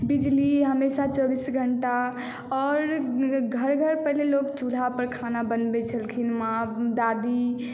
बिजली हमेशा चौबीस घण्टा आओर घर घर पहिने लोग चूल्हापर खाना बनबैत छलखिन माँ दादी